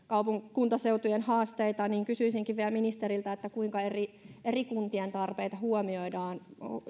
kuntaseutujen haasteita kysyisinkin vielä ministeriltä kuinka eri eri kuntien tarpeita huomioidaan